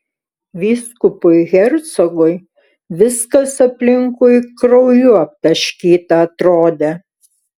vyskupui hercogui viskas aplinkui krauju aptaškyta atrodė